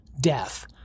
death